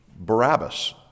Barabbas